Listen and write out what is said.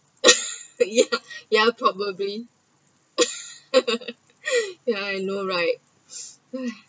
ya ya probably ya I know right